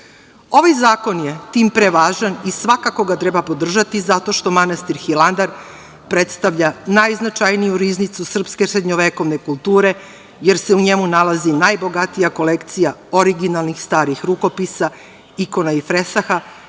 zakon je tim pre važan i svakako ga treba podržati zato što manastir Hilandar predstavlja najznačajniju riznicu srpske srednjovekovne kulture, jer se u njemu nalazi najbogatija kolekcija originalnih starih rukopisa, ikona i fresaka,